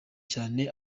cyane